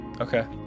okay